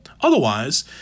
Otherwise